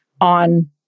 on